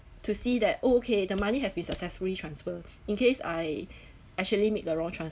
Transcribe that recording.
to see that oh okay the money has been successfully transfer in case I actually made the wrong transfer